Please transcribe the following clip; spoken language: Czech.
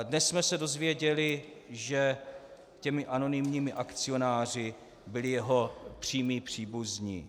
Dnes jsme se dověděli, že těmi anonymními akcionáři byli jeho přímí příbuzní.